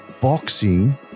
boxing